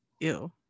ew